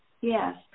Yes